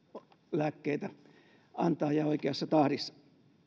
lääkkeitä antaa ja oikeassa tahdissa